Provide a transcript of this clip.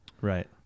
Right